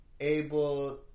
able